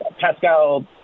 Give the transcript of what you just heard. Pascal